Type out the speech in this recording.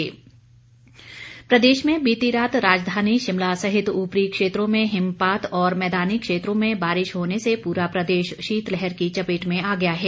मौसम प्रदेश में बीती रात राजधानी शिमला सहित ऊपरी क्षेत्रों में हिमपात और मैदानी क्षेत्रों में बारिश होने से पूरा प्रदेश शीतलहर की चपेट में आ गया है